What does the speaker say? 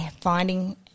finding